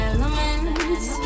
Elements